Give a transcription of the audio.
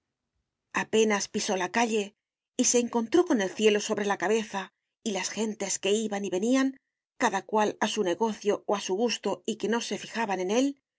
apenas pisó la calle y se encontró con el cielo sobre la cabeza y las gentes que iban y venían cada cual a su negocio o a su gusto y que no se fijaban en él